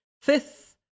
Fifth